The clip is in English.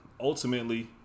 ultimately